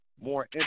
more